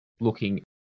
looking